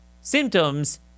symptoms